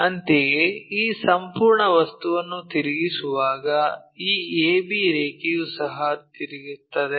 ಅಂತೆಯೇ ಈ ಸಂಪೂರ್ಣ ವಸ್ತುವನ್ನು ತಿರುಗಿಸುವಾಗ ಈ ab ರೇಖೆಯು ಸಹ ತಿರುಗುತ್ತದೆ